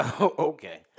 Okay